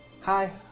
Hi